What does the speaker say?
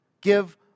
Give